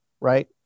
right